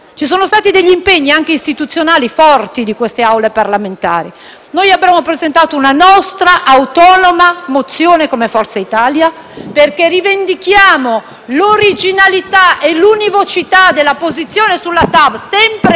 Ci sono stati degli impegni, anche istituzionali, forti delle Assemblee parlamentari. Noi abbiamo presentato una nostra autonoma mozione, come Forza Italia, perché rivendichiamo l'originalità e l'univocità della posizione sulla TAV, sempre